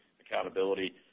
accountability